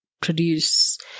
produce